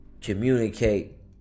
Communicate